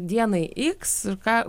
dienai iks ką